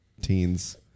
teens